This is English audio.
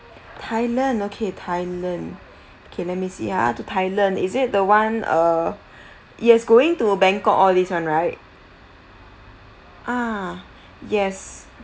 thailand okay thailand okay let me see ah to thailand is it the one err yes going to bangkok all this [one] right ah yes